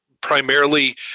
primarily